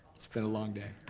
it's been a long day,